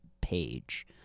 page